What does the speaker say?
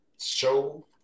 show